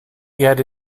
get